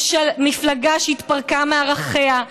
מפלגה שהתפרקה מערכיה,